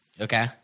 Okay